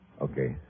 Okay